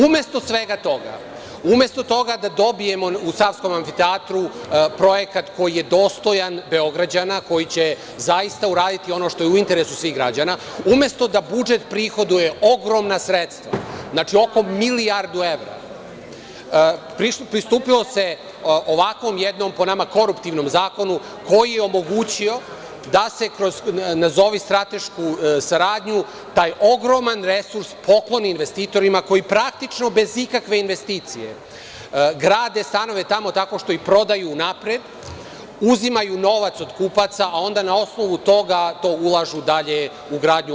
Umesto svega toga, umesto toga da dobijemo u „Savskom amfiteatru“ projekat koji je dostojan Beograđana, koji će zaista uraditi ono što je u interesu svih građana, umesto da budžet prihoduje ogromna sredstva, znači, oko milijardu evra, pristupilo se ovakvom jednom, po nama koruptivnom zakonu, koji je omogućio da se kroz nazovi stratešku saradnju taj ogroman resurs pokloni investitorima koji praktično bez ikakve investicije grade stanove tamo tako što ih prodaju unapred, uzimaju novac od kupaca, a onda na osnovu toga to ulažu dalje u gradnju.